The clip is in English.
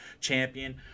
champion